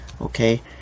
Okay